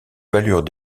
valurent